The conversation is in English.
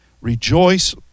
Rejoice